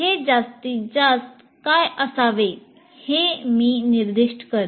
हे जास्तीत जास्त काय असावे हे मी निर्दिष्ट करतो